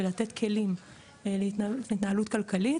ולתת כלים להתנהלות כלכלית.